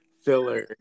filler